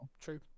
True